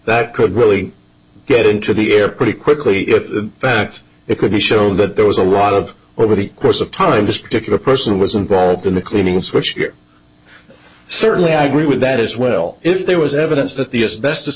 that could really get into the air pretty quickly if the fact it could be shown that there was a lot of or with the course of time just particular person was involved in the cleaning switchgear certainly i agree with that as well if there was evidence that the best